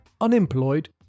unemployed